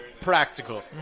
practical